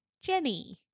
jenny